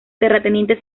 terratenientes